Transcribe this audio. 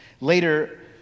Later